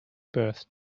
birth